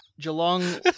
Geelong